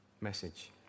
message